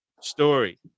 story